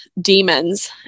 demons